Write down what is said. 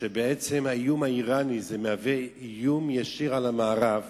שהאיום האירני מהווה איום ישיר על המערב